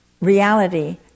reality